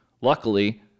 Luckily